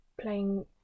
playing